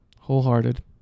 Wholehearted